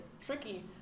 tricky